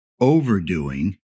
overdoing